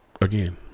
Again